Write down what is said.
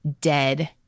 dead